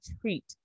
treat